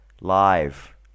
live